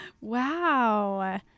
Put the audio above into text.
Wow